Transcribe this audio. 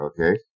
Okay